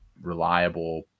reliable